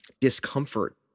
discomfort